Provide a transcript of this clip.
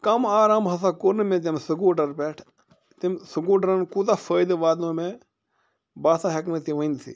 کَم آرام ہسا کوٚر نہٕ مےٚ تَمہِ سکوٗٹر پٮ۪ٹھ تٔمۍ سٕکوٗٹرَن کوٗتاہ فٲیدٕ واتنوو مےٚ بہٕ ہسا ہیٚکہٕ نہٕ تِہ ؤنتھٕے